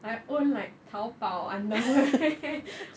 I own my 淘宝 underwear